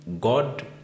God